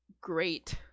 great